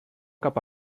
cap